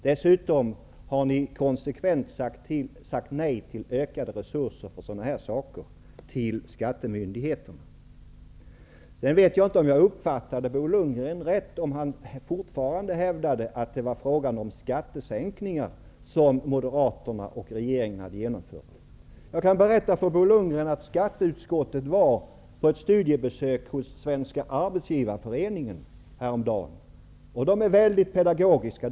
Dessutom har ni konsekvent sagt nej till ökade resurser för sådana här saker hos skattemyndigheterna. Jag vet inte om jag uppfattade Bo Lundgren rätt, om han fortfarande hävdade att det var skattesänkningar som Moderaterna och regeringen genomfört. Jag kan berätta för Bo Lundgren att skatteutskottet var på studiebesök hos Svenska Arbetsgivareföreningen häromdagen. De är väldigt pedagogiska.